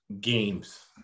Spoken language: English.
games